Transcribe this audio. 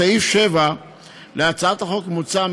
בסעיף 7 להצעת החוק מוצע,